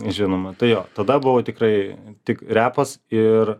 žinoma tai jo tada buvo tikrai tik repas ir